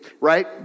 right